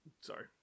Sorry